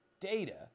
data